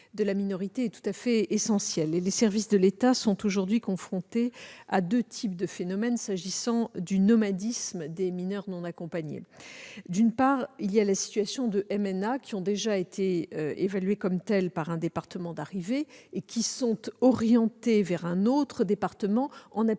de la minorité est essentielle. Les services de l'État sont aujourd'hui confrontés à deux types de phénomènes s'agissant du nomadisme des mineurs non accompagnés, les MNA. D'une part, il y a le cas de MNA qui ont déjà été évalués comme tels par un département d'arrivée et qui sont orientés vers un autre département, en application